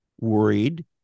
worried